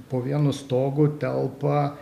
po vienu stogu telpa